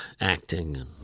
acting